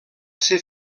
ser